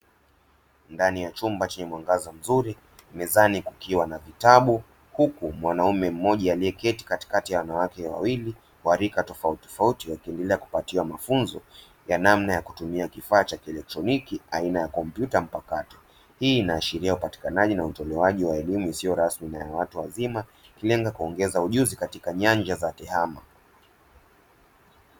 Ndani ya chumba chenye mwangaza mzuri, mezani kukiwa na vitabu, huku mwanaume mmoja aliyeketi katikati ya wanawake wawili, wa rika tofauti tofauti, wakiendelea kupatiwa mafunzo ya namna ya kutumia kifaa cha kielektroniki aina ya kompyuta mpakato, hii inaashiria upatikanaji na utolewaji wa elimu isiyo rasmi na ya watu wazima, ikilenga kuongeza ujuzi katika nyanja za Tehama.